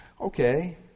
Okay